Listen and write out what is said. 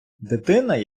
дитина